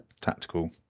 tactical